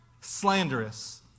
slanderous